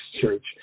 church